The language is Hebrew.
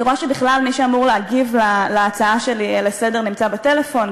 אני רואה שבכלל מי שאמור להגיב על ההצעה שלי לסדר-היום נמצא בטלפון,